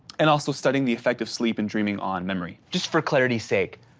and also studying the effects asleep and dreaming on memory. just for clarity sake.